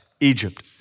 Egypt